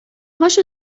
هاشو